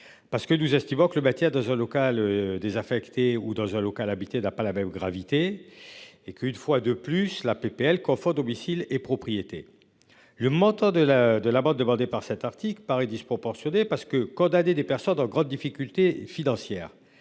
Parce que nous niveau que le Bastia dans un local désaffecté où dans un local habiter n'a pas la même gravité et qu'une fois de plus la PPL Confo domicile et propriété. Le montant de la de la bande par cet article paraît disproportionné parce que condamner des personnes en grande difficulté financière,